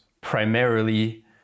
primarily